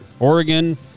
Oregon